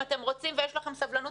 אם אתם רוצים ויש לכם סבלנות,